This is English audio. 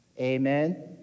Amen